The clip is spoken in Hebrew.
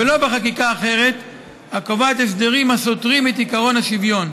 ולא בחקיקה אחרת הקובעת הסדרים הסותרים את עקרון השוויון.